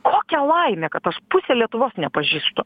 kokia laimė kad tas pusė lietuvos nepažįstu